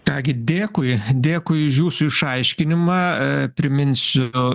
ką gi dėkui dėkui už jūsų išaiškinimą priminsiu